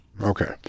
Okay